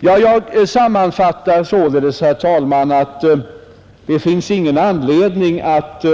Jag sammanfattar, herr talman, med att säga att det inte finns någon anledning att